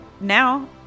now